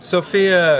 Sophia